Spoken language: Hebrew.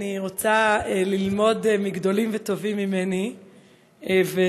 אני רוצה ללמוד מגדולים וטובים ממני ולפתוח